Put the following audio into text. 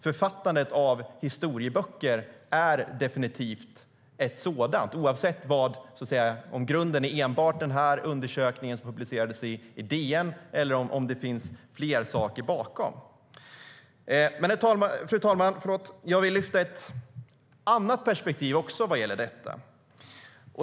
Författandet av historieböcker är definitivt ett sådant, oavsett om grunden enbart är den undersökning som publicerades i DN eller om det finns fler saker bakom. Men, fru talman, jag vill lyfta ett annat perspektiv vad gäller detta.